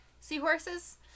Seahorses